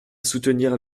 soutenir